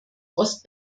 ost